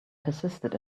persisted